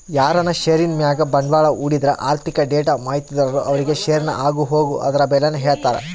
ಯಾರನ ಷೇರಿನ್ ಮ್ಯಾಗ ಬಂಡ್ವಾಳ ಹೂಡಿದ್ರ ಆರ್ಥಿಕ ಡೇಟಾ ಮಾಹಿತಿದಾರರು ಅವ್ರುಗೆ ಷೇರಿನ ಆಗುಹೋಗು ಅದುರ್ ಬೆಲೇನ ಹೇಳ್ತಾರ